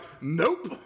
Nope